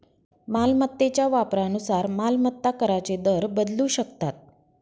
मालमत्तेच्या वापरानुसार मालमत्ता कराचे दर बदलू शकतात